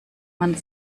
man